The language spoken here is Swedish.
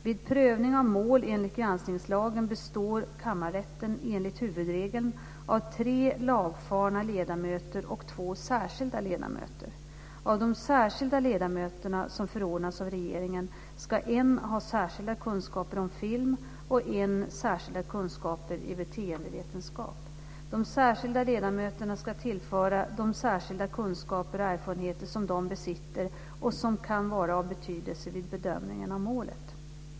Vid prövning av mål enligt granskningslagen består kammarrätten enligt huvudregeln av tre lagfarna ledamöter och två särskilda ledamöter. Av de särskilda ledamöterna, som förordnas av regeringen, ska en ha särskilda kunskaper om film och en särskilda kunskaper i beteendevetenskap. De särskilda ledamöterna ska tillföra de särskilda kunskaper och erfarenheter som de besitter och som kan vara av betydelse vid bedömningen av målet.